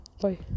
bye